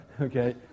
okay